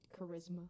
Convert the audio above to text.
charisma